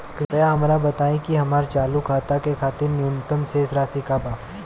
कृपया हमरा बताइ कि हमार चालू खाता के खातिर न्यूनतम शेष राशि का बा